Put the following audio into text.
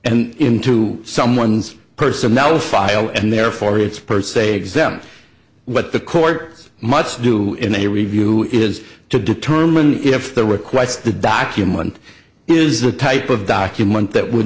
and into someone's personnel file and therefore it's per se exempt what the court much do in a review is to determine if the request the document is the type of document that would